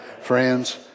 friends